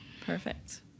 Perfect